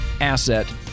asset